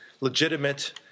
legitimate